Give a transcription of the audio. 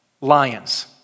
lions